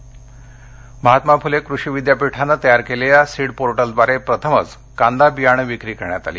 कृषी विद्यापीठ महात्मा फुले कृषि विद्यापीठाने तयार केलेल्या सीड पोर्टलद्वारे प्रथमच कांदा बियाणे विक्री करण्यात आली